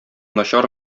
начар